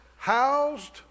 housed